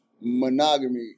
monogamy